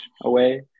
away